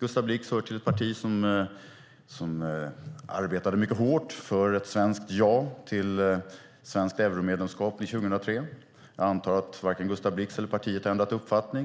Gustav Blix hör till ett parti som arbetade mycket hårt för ett ja till svenskt euromedlemskap 2003. Jag antar att varken Gustav Blix eller partiet har ändrat uppfattning.